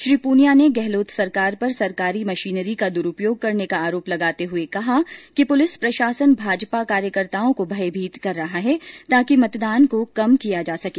श्री पूनिया ने गहलोत सरकार पर सरकारी मशीनरी का दुरूपयोग करने का आरोप लगाते हुए कहाँ कि पुलिस प्रशासन भाजपा कार्यकर्ताओं को भयभीत कर रहा है ताकि मतदान को कम किया जा सके